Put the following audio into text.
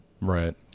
Right